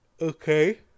Okay